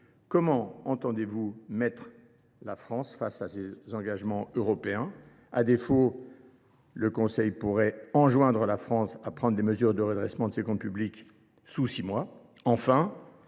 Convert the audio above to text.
comment entendez vous mettre la France en conformité avec ses engagements européens ? À défaut, le Conseil pourrait enjoindre à la France de prendre des mesures de redressement de ses comptes publics sous six mois.